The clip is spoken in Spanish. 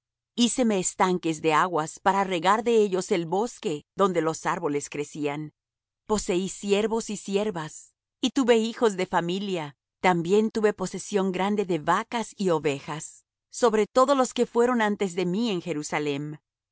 frutos híceme estanques de aguas para regar de ellos el bosque donde los árboles crecían poseí siervos y siervas y tuve hijos de familia también tuve posesión grande de vacas y ovejas sobre todos los que fueron antes de mí en jerusalem